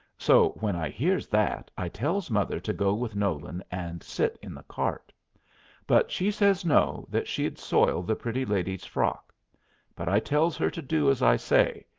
so when i hears that i tells mother to go with nolan and sit in the cart but she says no that she'd soil the pretty lady's frock but i tells her to do as i say,